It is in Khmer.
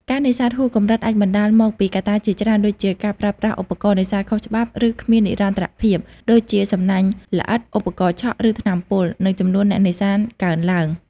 ការនេសាទហួសកម្រិតអាចបណ្ដាលមកពីកត្តាជាច្រើន ដូចជាការប្រើប្រាស់ឧបករណ៍នេសាទខុសច្បាប់ ឬគ្មាននិរន្តរភាព ដូចជាសំណាញ់ល្អិត ឧបករណ៍ឆក់ ឬថ្នាំពុល និងចំនួនអ្នកនេសាទកើនឡើង។